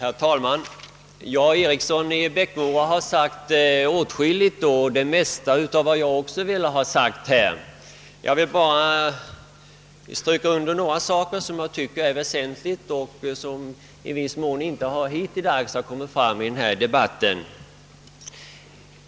Herr talman! Herr Eriksson i Bäckmora har redan sagt det mesta av vad jag velat framföra. Jag skall därför endast understryka några punkter som jag tycker är väsentliga och som hittills inte berörts i debatten.